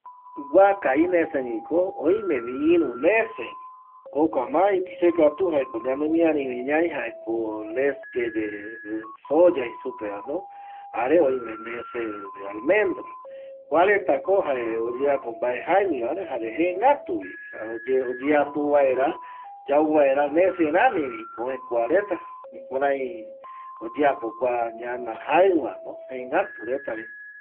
Guaka ineseguiko oime iru nese jokua ma ipise katu jare ñanemiari ñaijaeko leche de soya jei supevano jare oime nese de almendra kua retako oyeapo mbae jaƚguevare jare jegatuvi oyeapo vaera yauvaera nese ramiviko öe kua reta jukurai oyeapo kua ñana jaƚvano jegatu retavi